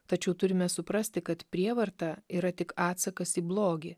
tačiau turime suprasti kad prievarta yra tik atsakas į blogį